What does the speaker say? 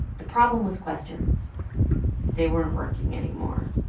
the problem was questions they weren't working anymore.